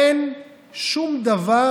אין שום דבר.